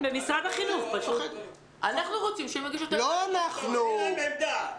אנחנו רוצים שהם יגישו --- אין להם עמדה.